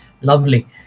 lovely